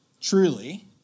truly